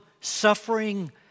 suffering